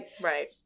Right